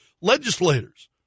Legislators